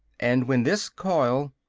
and when this coil.